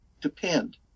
depend